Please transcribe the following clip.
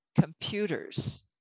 computers